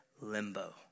limbo